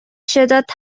شدت